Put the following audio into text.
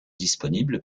disponibles